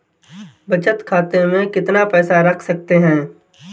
बचत खाते में कितना पैसा रख सकते हैं?